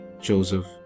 Joseph